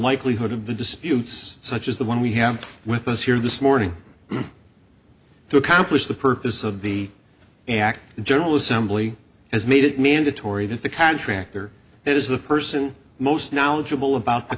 likelihood of the disputes such as the one we have with us here this morning to accomplish the purpose of the general assembly has made it mandatory that the contractor that is the person most knowledgeable about the